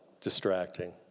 distracting